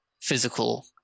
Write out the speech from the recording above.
physical